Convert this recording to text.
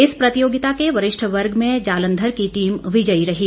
इस प्रतियोगिता के वरिष्ठ वर्ग में जालंघर की टीम विजयी रही